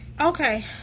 okay